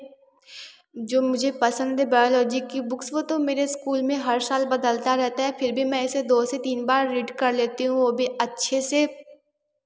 जो मुझे पसंद है बायोलॉजी की बुक्स वह तो मेरे स्कूल में हर साल बदलता रहता है फिर भी मै इसे दो से तीन बार रीड कर लेती हूँ वह भी अच्छे से